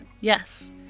Yes